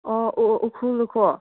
ꯑꯣ ꯎꯈ꯭ꯔꯨꯜꯗꯀꯣ